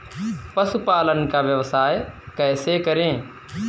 पशुपालन का व्यवसाय कैसे करें?